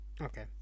Okay